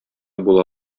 була